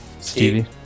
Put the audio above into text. Stevie